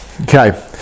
okay